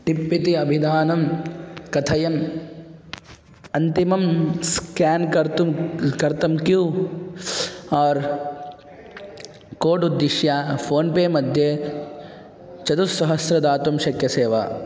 tip इति अभिधानं कथयन् अन्तिमं स्केन् कर्तुं कर्तं क्यू आर् कोड् उद्दिश्य फ़ोन् पे मध्ये चतुस्सहस्रं दातुं शक्यसे वा